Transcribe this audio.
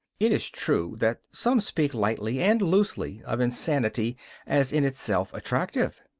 it is true that some speak lightly and loosely of insanity as in itself attractive.